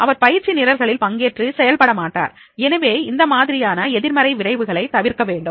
அவர் பயிற்சி நிரல்களில் பங்கேற்று செயல்பட மாட்டார் எனவே இந்த மாதிரியான எதிர்மறை விளைவுகளை தவிர்க்க வேண்டும்